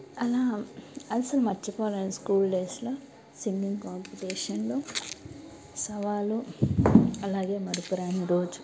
అస్సలు మర్చిపోలేను స్కూల్ డేస్లో సింగింగ్ కాంపిటీషన్లో సవాలు అలాగే మరుపురాని రోజు